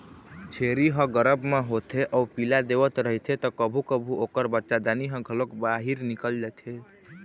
छेरी ह गरभ म होथे अउ पिला देवत रहिथे त कभू कभू ओखर बच्चादानी ह घलोक बाहिर निकल जाथे